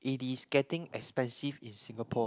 it is getting expensive in Singapore